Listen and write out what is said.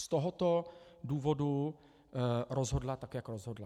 Z tohoto důvodu rozhodla tak, jak rozhodla.